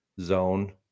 zone